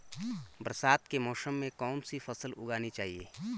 बरसात के मौसम में कौन सी फसल उगानी चाहिए?